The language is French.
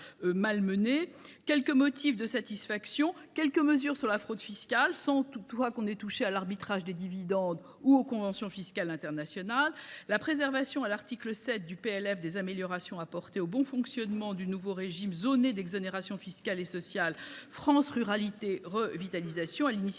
Je pense ainsi à quelques mesures contre la fraude fiscale, sans que l’on ait touché à l’arbitrage des dividendes ou aux conventions fiscales internationales ; à la préservation, à l’article 7 du PLF, des améliorations apportées au bon fonctionnement du nouveau régime zoné d’exonérations fiscales et sociales France Ruralités Revitalisation, sur l’initiative